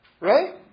Right